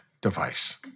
device